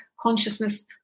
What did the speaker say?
consciousness